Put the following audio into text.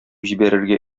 җибәрергә